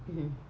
mmhmm